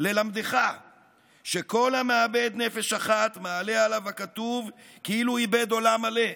ללמדך שכל המאבד נפש אחת מעלה עליו הכתוב כאילו איבד עולם מלא.